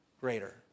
greater